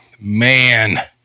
Man